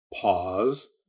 pause